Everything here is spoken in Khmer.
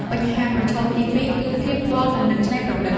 បញ្ហាប្រឈមទី២ គឺភាពទាល់គំនិតច្នៃប្រឌិត។